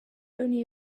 only